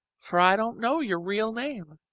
for i don't know your real name.